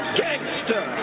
gangster